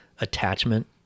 attachment